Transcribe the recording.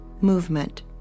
movement